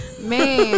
Man